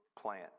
plant